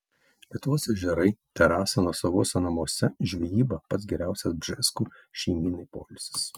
lietuvos ežerai terasa nuosavuose namuose žvejyba pats geriausias bžeskų šeimynai poilsis